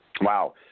Wow